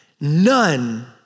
None